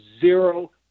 zero